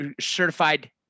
certified